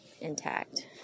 intact